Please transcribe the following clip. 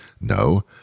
No